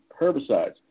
herbicides